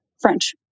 French